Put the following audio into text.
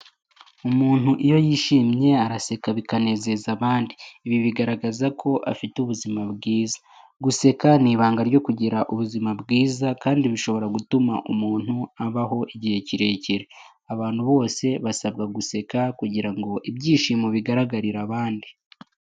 Umuntu iyo yishimye araseka bikanezeza abandi. Ibi bigaragaza ko afite ubuzima bwiza. Guseka ni ibanga ryo kugira ubuzima bwiza kandi bishobora gutuma umuntu abaho igihe kirekire. Abantu bose basabwa guseka kugira ngo ibyishimo bigaragarire abandi.